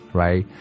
right